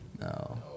No